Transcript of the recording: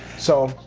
so,